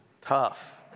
Tough